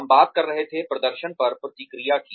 हम बात कर रहे थे प्रदर्शन पर प्रतिक्रिया की